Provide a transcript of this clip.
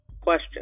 Question